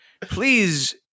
please